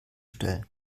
stellen